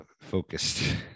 focused